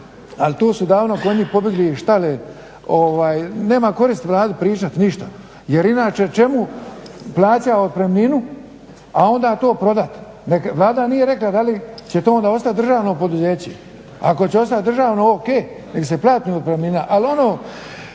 ali tu su davno konji pobjegli iz štale, nema koristi o radu pričat ništa jer inače o čemu plaćat otpremninu a onda to prodat. Vlada nije rekla da li će to onda ostat državno poduzeće. Ako će ostati državno o.k. nek se plati otpremnina ali ono